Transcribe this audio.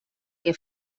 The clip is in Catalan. que